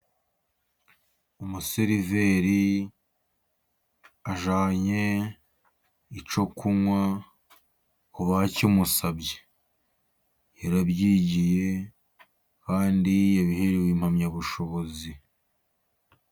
Umuseriveri ajyanye icyo kunywa ku bakimusabye. Yarabyigiye, kandi yabiherewe impamyabushobozi.